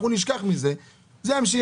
אנחנו נשכח מזה וזה ימשיך.